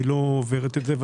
היא לא עוברת את זה.